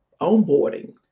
onboarding